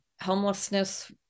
homelessness